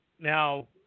Now